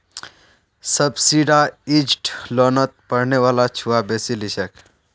subsidised लोनोत पढ़ने वाला छुआ बेसी लिछेक